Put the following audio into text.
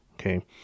Okay